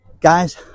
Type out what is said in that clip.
Guys